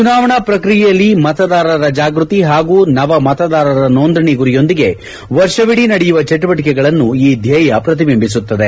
ಚುನಾವಣಾ ಪ್ರಕ್ರಿಯೆಯಲ್ಲಿ ಮತದಾರರ ಜಾಗ್ಯತಿ ಹಾಗೂ ನವ ಮತದಾರರ ಸೋಂದಣಿ ಗುರಿಯೊಂದಿಗೆ ವರ್ಷವಿಡೀ ನಡೆಯುವ ಚಟುವಟಕೆಗಳನ್ನು ಈ ಧ್ವೇಯ ಪ್ರತಿಬಂಬಿಸುತ್ತದೆ